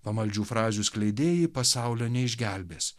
pamaldžių frazių skleidėjai pasaulio neišgelbės